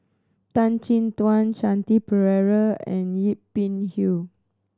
Tan Chin Tuan Shanti Pereira and Yip Pin Hiu